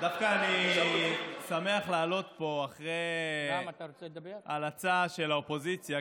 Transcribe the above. דווקא אני שמח לעלות לפה אחרי ההלצה של האופוזיציה,